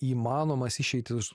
įmanomas išeitis